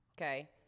okay